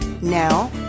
Now